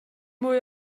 mwy